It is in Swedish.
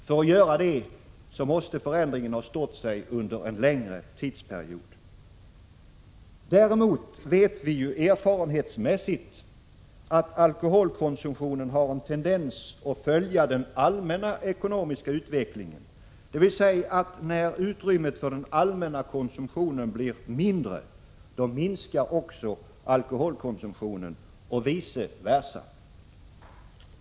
För att göra det måste förändringen ha stått sig under en längre tidsperiod. Däremot vet vi erfarenhetsmässigt att alkoholkonsumtionen har en tendens att följa den allmänna ekonomiska utvecklingen, dvs. när utrymmet för den allmänna konsumtionen blir mindre, då minskar också alkoholkon sumtionen och vice versa.